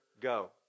Go